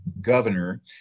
governor